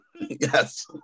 Yes